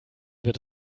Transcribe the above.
wird